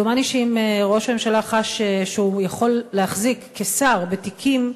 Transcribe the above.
דומני שאם ראש הממשלה חש שהוא יכול להחזיק כשר בתיקים,